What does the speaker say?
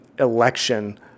election